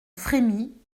frémit